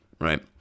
right